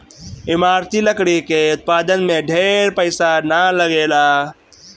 इमारती लकड़ी के उत्पादन में ढेर पईसा ना लगेला